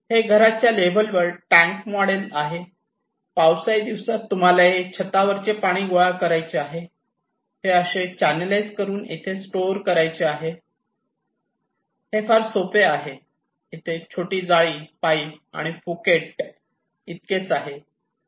हे घराच्या लेव्हलवर टॅंक मॉडेल आहे पावसाळी दिवसात तुम्हाला हे छतावरचे पाणी गोळा करायचे आहे हे असे चांनेलाइज करून इथे स्टोअर करायचे आहे हे फार सोपे आहे इथे छोटी जाळी पाईप आणि फुकेट इतकेच आहे